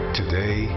today